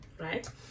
right